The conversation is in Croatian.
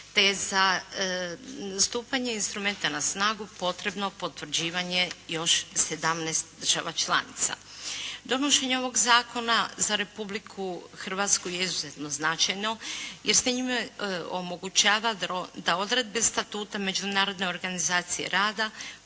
te je za stupanje instrument a na snagu potrebno potvrđivanje još 17 država članica. Donošenje ovog zakona za Republiku Hrvatsku je izuzetno značajno jer se njime omogućava da odredbe statuta Međunarodne organizacije rada